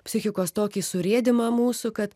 psichikos tokį surėdymą mūsų kad